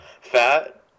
fat